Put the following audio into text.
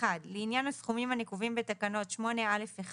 לעניין הסכומים הנקובים בתקנות 8א(1),